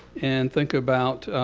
and think about